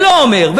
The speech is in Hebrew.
ולא אומר,